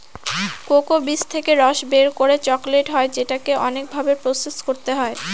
cocoa বীজ থেকে রস বের করে চকলেট হয় যেটাকে অনেক ভাবে প্রসেস করতে হয়